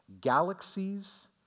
galaxies